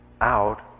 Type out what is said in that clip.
out